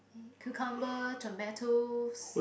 cucumber tomatoes